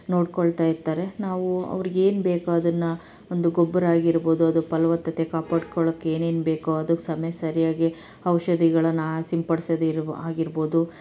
ನೋಡಿಕೊಳ್ತಾ ಇರ್ತಾರೆ ನಾವು ಅವ್ರಿಗೆ ಏನು ಬೇಕೋ ಅದನ್ನು ಒಂದು ಗೊಬ್ಬರ ಆಗಿರ್ಬೋದು ಅದರ ಫಲವತ್ತತೆ ಕಾಪಾಡ್ಕೊಳೋಕೆ ಏನೇನು ಬೇಕೋ ಅದಕ್ಕೆ ಸಮಯಕ್ಕೆ ಸರಿಯಾಗಿ ಔಷಧಿಗಳನ್ನ ಸಿಂಪಡ್ಸೋದು ಇರ್ಬೋ ಆಗಿರ್ಬೋದು